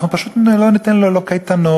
אנחנו פשוט לא ניתן לו לא קייטנות,